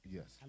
Yes